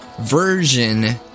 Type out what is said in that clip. version